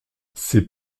ces